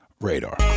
radar